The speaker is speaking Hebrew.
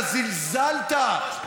אתה זלזלת.